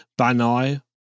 Banai